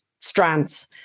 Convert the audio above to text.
strands